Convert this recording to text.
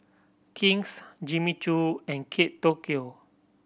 King's Jimmy Choo and Kate Tokyo